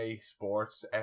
Sports